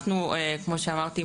כמו שאמרתי,